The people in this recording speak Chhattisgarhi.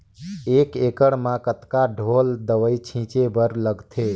एक एकड़ म कतका ढोल दवई छीचे बर लगथे?